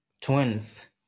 twins